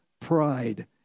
pride